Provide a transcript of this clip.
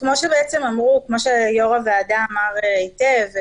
כמו שיו"ר הוועדה אמר היטב,